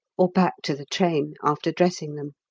or back to the train, after dressing them.